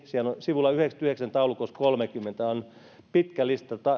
siellä on sivulla yhdeksässäkymmenessäyhdeksässä taulukossa kolmekymmentä pitkä lista